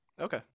Okay